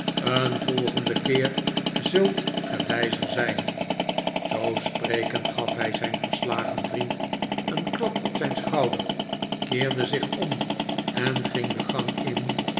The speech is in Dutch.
een volgenden keer zult ge wijzer zijn zoo sprekend gaf hij zijn verslagen vriend een klap op zijn schouder keerde zich om en ging de gang in